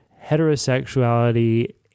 heterosexuality